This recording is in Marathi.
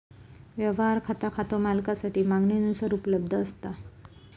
व्यवहार खाता खातो मालकासाठी मागणीनुसार उपलब्ध असता